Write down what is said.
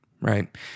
right